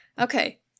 Okay